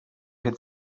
had